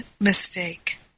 mistake